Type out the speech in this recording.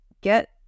get